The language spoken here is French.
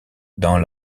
dans